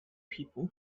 people